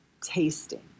tasting